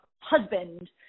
husband